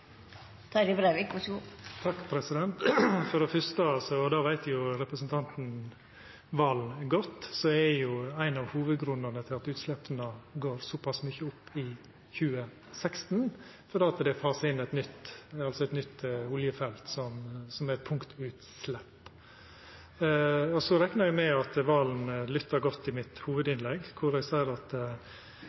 For det første – og det veit representanten Valen godt – er jo ein av hovudgrunnane til at utsleppa går såpass mykje opp i 2016, at det er fasa inn eit nytt oljefelt som er eit punktutslepp. Eg reknar med at representanten Valen lytta godt til hovudinnlegget mitt, der eg sa at